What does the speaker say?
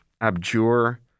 abjure